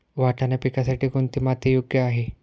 वाटाणा पिकासाठी कोणती माती योग्य आहे?